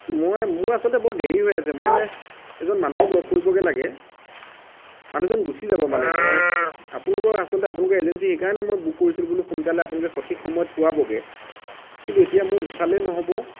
মই মোৰ আচলতে বৰ দেৰি হৈ আছে মই এজন মানুহক লগ কৰিবগৈ লাগে মানুহজন গুচি যাব মানে মই আপোনালোকৰ আচলতে আপোনালোকৰ এজেঞ্চী এইকাৰণেই মই বুক কৰিছিলোঁ বোলো সোনকালে আপোনালোকে সঠিক সময়ত পোৱাবগৈ কিন্তু এতিয়া মোৰ সিফালেও নহ'ব